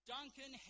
Duncan